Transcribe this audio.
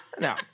No